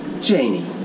Janie